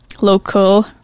local